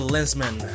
Lensman